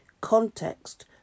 context